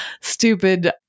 stupid